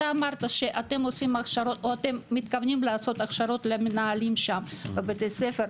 אמרת שאתם מתכוונים לעשות הכשרות למנהלים שם בבתי ספר.